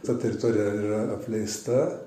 ta teritorija yra apleista